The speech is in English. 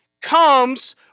comes